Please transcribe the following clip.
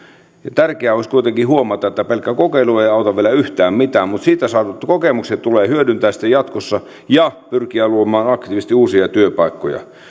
tärkeää olisi kuitenkin huomata että pelkkä kokeilu ei auta vielä yhtään mitään mutta siitä saadut kokemukset tulee hyödyntää sitten jatkossa ja pyrkiä luomaan aktiivisesti uusia työpaikkoja